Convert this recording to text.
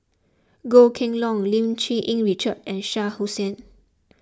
Goh Kheng Long Lim Cherng Yih Richard and Shah Hussain